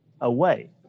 away